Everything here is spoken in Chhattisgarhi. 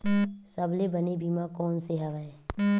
सबले बने बीमा कोन से हवय?